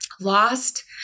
lost